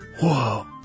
Whoa